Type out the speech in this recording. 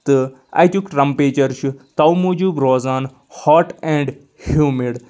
تہٕ اتیُک ٹرمپیچر چھُ تو موٗجوٗب روزان ہاٹ اینٛڈ ہیٚومِڈ